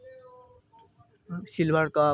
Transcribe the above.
silver cup